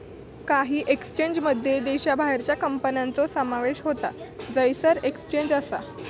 काही एक्सचेंजमध्ये देशाबाहेरच्या कंपन्यांचो समावेश होता जयसर एक्सचेंज असा